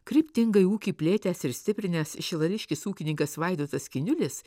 kryptingai ūkį plėtęs ir stiprinęs šilališkis ūkininkas vaidotas kiniulis